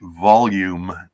volume